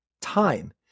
time